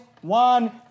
one